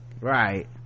right